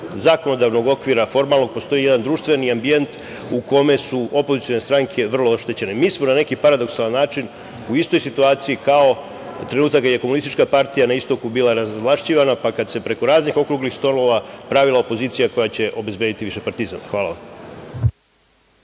zakonodavnog okvira formalno postoji jedan društveni ambijent u kome su opozicione stranke vrlo oštećene. Mi smo na neki paradoksalni način u istoj situaciji kao trenutak kada je Komunistička partija na Istoku bila razvlašćivana, pa kada se preko raznih okruglih stolova pravila opozicija koja će obezbediti višepartizam. Hvala.